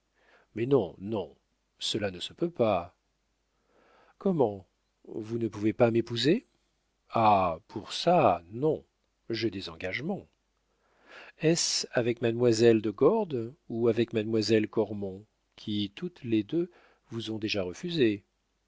mais non non cela ne se peut pas comment vous ne pouvez pas m'épouser ah pour ça non j'ai des engagements est-ce avec mademoiselle de gordes ou avec mademoiselle cormon qui toutes les deux vous ont déjà refusé